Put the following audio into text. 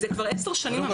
זה כבר עשר שנים המצב.